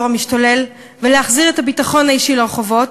המשתולל ולהחזיר את הביטחון האישי לרחובות,